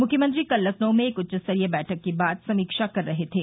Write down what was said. मुख्यमंत्री कल लखनऊ में एक उच्चस्तरीय बैठक के बाद समीक्षा कर रहे थे